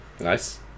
Nice